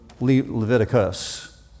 Leviticus